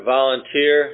volunteer